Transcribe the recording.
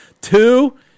Two